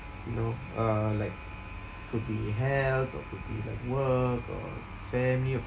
you know uh like could be health or could be like work or family or